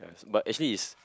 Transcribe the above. but actually is